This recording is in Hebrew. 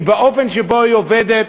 היא באופן שבו היא עובדת,